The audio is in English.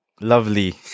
lovely